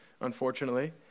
unfortunately